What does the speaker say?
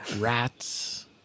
rats